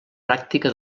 pràctica